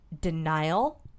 denial